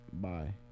Bye